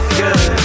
good